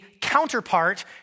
counterpart